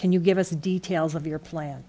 can you give us the details of your plan